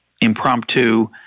impromptu